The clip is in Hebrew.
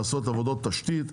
לעשות עבודות תשתית,